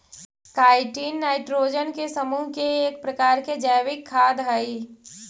chitin nitrogen के समूह के एक प्रकार के जैविक खाद हई